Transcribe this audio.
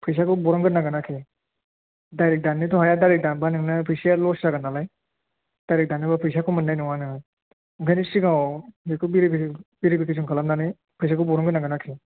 फैसाखौ बरन गोरनांगोन आरखि डाइरेक्ट दाननोथ' हाया डाइरेक्ट दानब्ला नोंना फैसाया लस जागोन नालाय डाइरेक्ट दानोब्ला फैसाखौ मोननाय नङा नोङो ओंखायनो सिगाङाव बेखौ भेरिपेकेसन खालामनानै फैसाखौ बरन गोरनांगोन आरखि